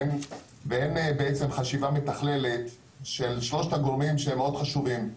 ואין חשיבה מתכללת של שלושת הגורמים שמאוד חשובים: